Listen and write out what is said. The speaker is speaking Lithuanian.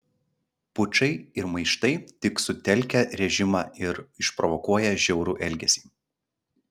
pučai ir maištai tik sutelkia režimą ir išprovokuoja žiaurų elgesį